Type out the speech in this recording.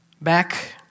Back